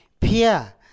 Pia